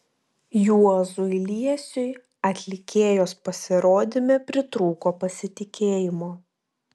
juozui liesiui atlikėjos pasirodyme pritrūko pasitikėjimo